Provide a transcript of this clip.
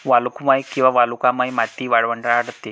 वालुकामय किंवा वालुकामय माती वाळवंटात आढळते